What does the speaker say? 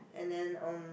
and then um